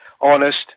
honest